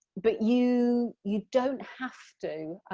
but you you don't have to